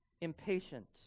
Impatient